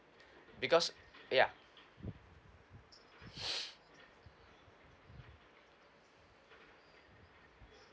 because ya